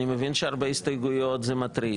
אני מבין שהרבה הסתייגויות זה מטריד.